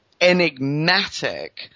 enigmatic